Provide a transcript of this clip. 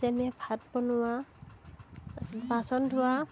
যেনে ভাত বনোৱা বাচন ধোৱা